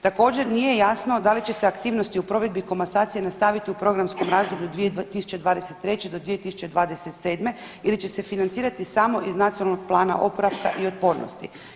Također nije jasno da li će se aktivnosti u provedbi komasacije nastaviti u programskom razdoblju 2023. do 2027. ili će se financirati samo iz Nacionalnog plana oporavka i otpornosti.